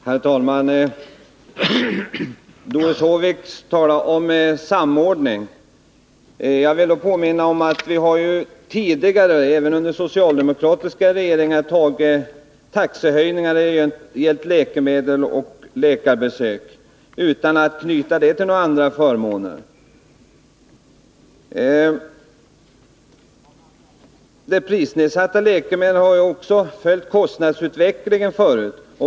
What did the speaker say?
Herr talman! Doris Håvik talar om samordning. Jag vill därför påminna om att vi tidigare, även under socialdemokratiska regeringar, har fattat beslut om taxehöjningar när det gällt läkemedel och läkarbesök, utan att knyta det till några andra förmåner. När det gäller prisnedsatta läkemedel har man också följt kostnadsutvecklingen förut.